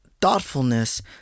thoughtfulness